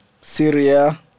Syria